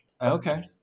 Okay